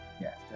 yes